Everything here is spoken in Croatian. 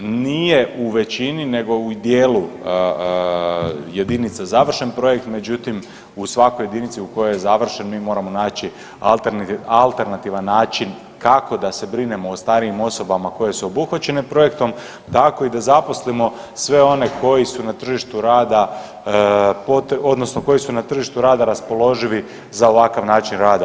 Nije u većini nego u dijelu jedinica završen projekt, no međutim u svakoj jedinici u kojoj je završen mi moramo naći alternativan način kako da se brinemo o starijim osobama koje su obuhvaćene projektom, tako i da zaposlimo sve one koji su na tržištu rada odnosno koji su na tržištu rada raspoloživi za ovakav način rada.